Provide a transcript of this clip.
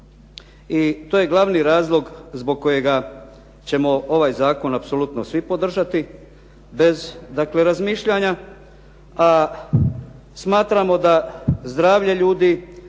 I to je glavni razlog zbog kojega ćemo ovaj zakon apsolutno svi podržati, bez dakle razmišljanja. A smatramo da zdravlje ljudi